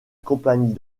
compagnie